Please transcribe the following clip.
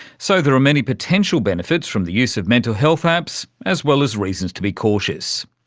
so there are many potential benefits from the use of mental health apps, as well as reasons to be cautious.